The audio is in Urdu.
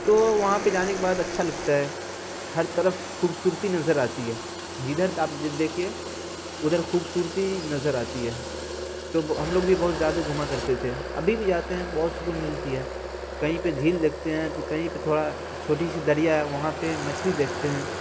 تو وہاں پہ جانے کے بعد اچھا لگتا ہے ہر طرف خوبصورتی نظر آتی ہے جدھر تب دیکھیے ادھر خوبصورتی نظر آتی ہے تو ہم لوگ بھی بہت زیادہ گھوما کرتے تھے ابھی بھی جاتے ہیں تو بہت سکون ملتی ہے کہیں پہ جھیل دیکھتے ہیں تو کہیں پہ تھوڑا چھوٹی سی دریا ہے وہاں پہ مچھلی دیکھتے ہیں